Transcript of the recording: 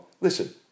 Listen